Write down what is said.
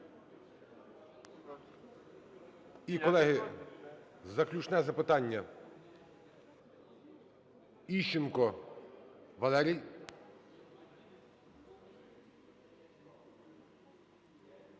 І, колеги, заключне запитання. Іщенко Валерій.